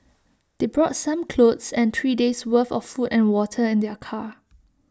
they brought some clothes and three days' worth of food and water in their car